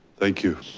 thank you.